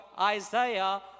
Isaiah